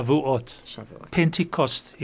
Pentecost